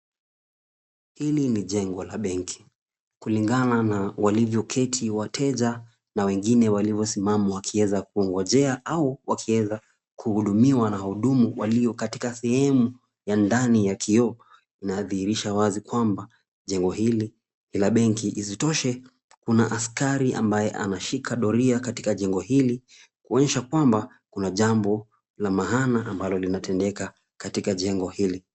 Hili ni jengo la benki kulingana na walivyoketi wateja na wengine walivyosimama, wakiweza kungojea au wakiweza kuhudumiwa na wahudumu walio katika sehemu ya ndani ya kioo. Inadhihirisha wazi kwamba jengo hili ni la benki. Isitoshe kuna askari ambaye anashika doria katika jengo hili, kuonyesha kwamba kuna jambo la maana ambalo linatendeka katika jengo hili.